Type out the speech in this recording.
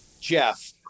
Jeff